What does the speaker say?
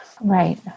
Right